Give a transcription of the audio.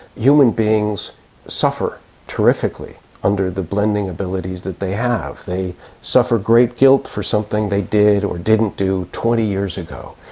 human beings suffer terrifically under the blending abilities that they have. they suffer great guilt for something they did or didn't do twenty years ago.